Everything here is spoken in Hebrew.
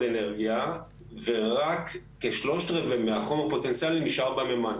אנרגיה ורק כ-3/4 מהחומר הפוטנציאלי נשאר במימן.